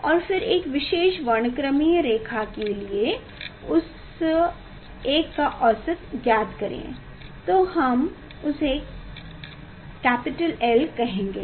और फिर एक विशेष वर्णक्रमीय रेखा के लिए उस एक का औसत ज्ञात करें तो हम उसे L कहेंगे